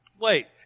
wait